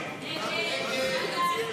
תאונות דרכים (סיוע לבני משפחה) (תיקון,